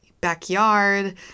backyard